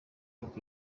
rick